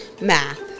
Math